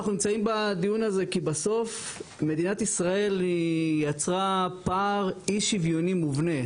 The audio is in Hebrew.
אנחנו נמצאים בדיון הזה כי בסוף מדינת ישראל יצרה פער אי שוויוני מובנה.